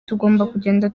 tugenda